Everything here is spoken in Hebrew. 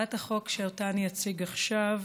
ולשאוב אותן למעגל הזנות.